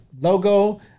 logo